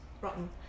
rotten